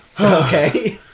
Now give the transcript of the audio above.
Okay